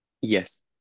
yes